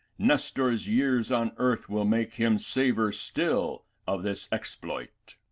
nestor's years on earth will make him savor still of this exploit.